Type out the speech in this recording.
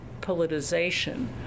politicization